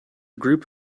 group